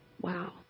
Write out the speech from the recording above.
wow